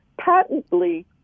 patently